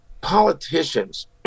politicians